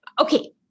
okay